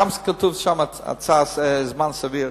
גם כתוב שם זמן סביר.